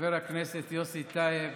לחבר הכנסת יוסי טייב.